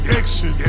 action